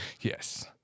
Yes